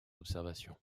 observations